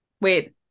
wait